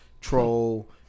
troll